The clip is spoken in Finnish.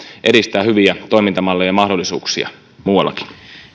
edistää hyviä toimintamalleja ja mahdollisuuksia muuallakin